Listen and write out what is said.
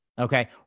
okay